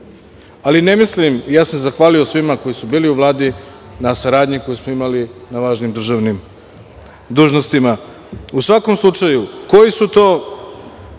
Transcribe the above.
Ali ne mislim, zahvaljujem se svima koji su bili u Vladi na saradnji koju smo imali na važnim državnim dužnostima.U svakom slučaju, kakve će